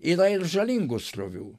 yra ir žalingų srovių